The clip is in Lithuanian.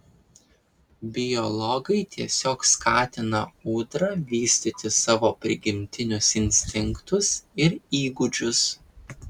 biologai tiesiog skatina ūdra vystyti savo prigimtinius instinktus ir įgūdžius